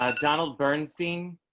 ah donald bernstein,